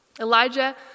Elijah